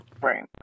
Right